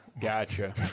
Gotcha